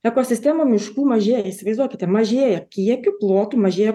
ekosistemų miškų mažėja įsivaizduokite mažėja kiekiu plotu mažėja